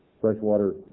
freshwater